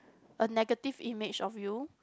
a negative image of you